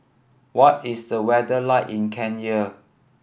what is the weather like in Kenya